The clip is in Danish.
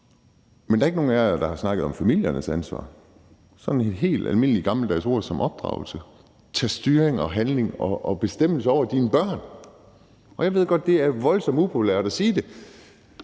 Men der er ikke nogen af jer, der har snakket om familiernes ansvar eller sådan et helt almindeligt gammeldags ord som opdragelse, altså at tage styring og handling og bestemme over ens børn. Jeg ved godt, at det er voldsomt upopulært at sige det.